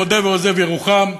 מודה ועוזב ירוחם.